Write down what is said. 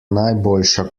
najboljša